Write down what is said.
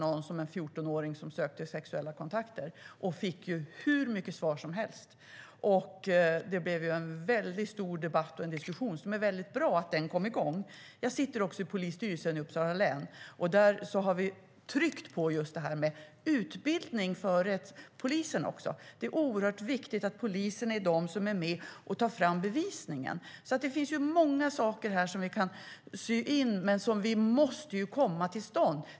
De fick hur många svar som helst. Det blev en stor debatt och diskussion som det var bra att den kom i gång. Jag sitter också i polisstyrelsen i Uppsala län. Där har vi tryckt på utbildning också för polisen. Det är oerhört viktigt, för det är polisen som är med och tar fram bevisningen. Det finns många saker som vi kan sy in men som måste komma till stånd.